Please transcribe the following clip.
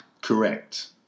Correct